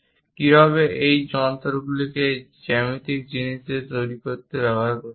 কিভাবে এই যন্ত্রগুলিকে জ্যামিতিক জিনিস তৈরি করতে ব্যবহার করতে হয়